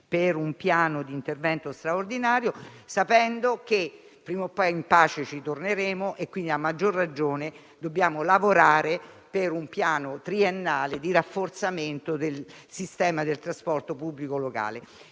per un piano di intervento straordinario, sapendo che prima o poi in pace ci torneremo, quindi a maggior ragione dobbiamo lavorare per un piano triennale di rafforzamento del sistema del trasporto pubblico locale.